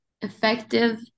effective